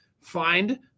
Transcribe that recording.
Find